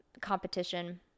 competition